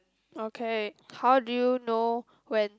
okay how do you know when